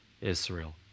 Israel